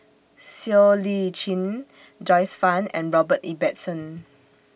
Siow Lee Chin Joyce fan and Robert Ibbetson